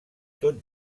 tot